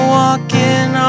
walking